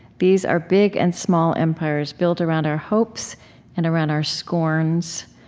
these are big and small empires built around our hopes and around our scorns,